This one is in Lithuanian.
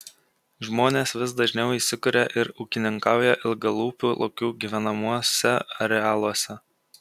žmonės vis dažniau įsikuria ir ūkininkauja ilgalūpių lokių gyvenamuose arealuose